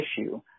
issue